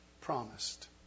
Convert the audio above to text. promised